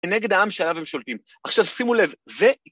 ‫כנגד העם שעליו הם שולטים. ‫עכשיו, שימו לב, זה...